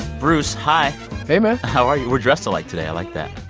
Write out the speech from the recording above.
bruce, hi hey, man how are you? we're dressed alike today. i like that